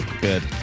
Good